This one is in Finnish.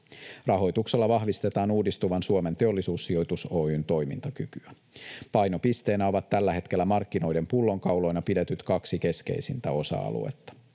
Rahoituksella vahvistetaan uudistuvan Suomen Teollisuussijoitus Oy:n toimintakykyä. Painopisteenä ovat tällä hetkellä markkinoiden pullonkauloina pidetyt kaksi keskeisintä osa-aluetta.